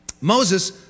Moses